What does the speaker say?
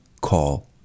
Call